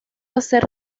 hacer